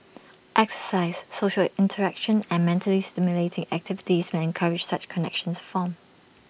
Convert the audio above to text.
exercise social interaction and mentally stimulating activities may encourage such connections to form